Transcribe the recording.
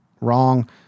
wrong